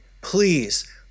please